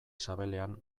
sabelean